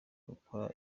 gukora